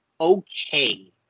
Okay